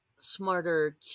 smarter